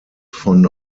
von